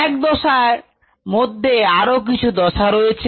log দশার মধ্যে আরও কিছু দশা রয়েছে